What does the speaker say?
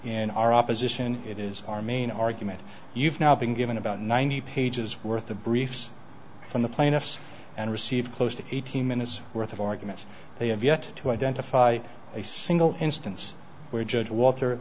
in our opposition it is our main argument you've now been given about ninety pages worth of briefs from the plaintiffs and received close to eighteen minutes worth of arguments they have yet to identify a single instance where judge walter